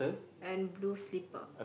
and blue slipper